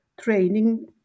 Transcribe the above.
training